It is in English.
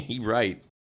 Right